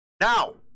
Now